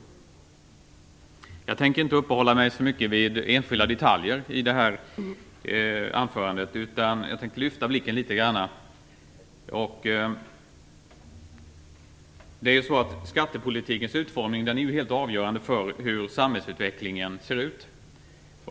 Jag tänker i mitt anförande inte uppehålla mig så mycket vid enskilda detaljer, utan jag tänker lyfta blicken litet grand. Skattepolitikens utformning är helt avgörande för hur samhällsutvecklingen ser ut.